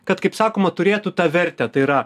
kad kaip sakoma turėtų tą vertę tai yra